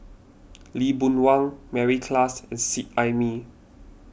Lee Boon Wang Mary Klass and Seet Ai Mee